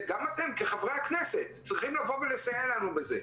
וגם אתם כחברי הכנסת צריכים לסייע לנו בזה,